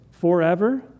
forever